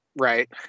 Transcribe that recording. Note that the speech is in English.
right